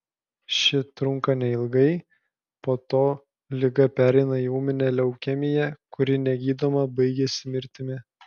ši trunka neilgai po to liga pereina į ūminę leukemiją kuri negydoma baigiasi mirtimi